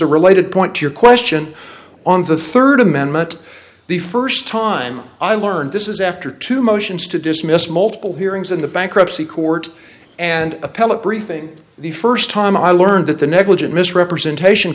a related point to your question on the third amendment the first time i learned this is after two motions to dismiss multiple hearings in the bankruptcy court and appellate briefing the first time i learned that the negligent misrepresentation